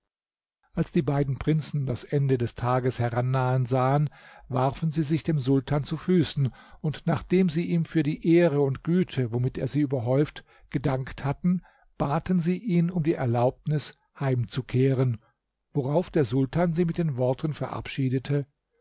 als die beiden prinzen das ende des tages herannahen sahen warfen sie sich dem sultan zu füßen und nachdem sie ihm für die ehre und güte womit er sie überhäuft gedankt hatten baten sie ihn um die erlaubnis heimzukehren worauf der sultan sie mit den worten verabschiedete